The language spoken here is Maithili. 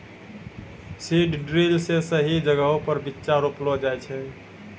सीड ड्रिल से सही जगहो पर बीच्चा रोपलो जाय छै